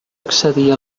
accedir